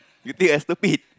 you think I stupid